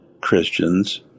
Christians